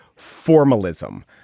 formalism,